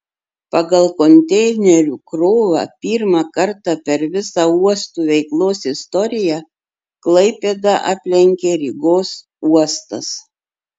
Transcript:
pagal konteinerių krovą pirmą kartą per visa uostų veiklos istoriją klaipėdą aplenkė rygos uostas